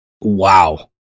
Wow